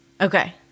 Okay